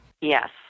Yes